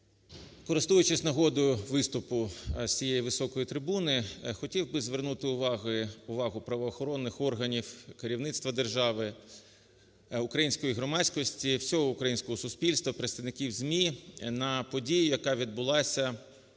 Користуючись нагодою виступу з цієї високої трибуни, хотів би звернути увагу правоохоронних органів, керівництва держави, української громадськості, всього українського суспільства, представників ЗМІ на подію, яка відбулася